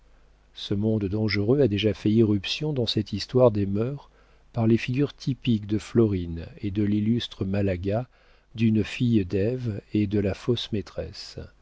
ce monde si dangereux a déjà fait irruption dans cette histoire des mœurs par les figures typiques de florine et de l'illustre malaga d'une fille d'ève et de la fausse maîtresse